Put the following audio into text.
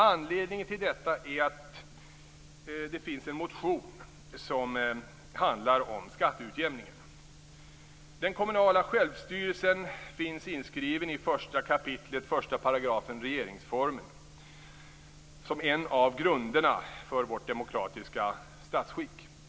Anledningen till detta är att det finns en motion som handlar om skatteutjämningen. 1 kap. 1 § regeringsformen som en av grunderna för vårt demokratiska statsstick.